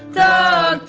da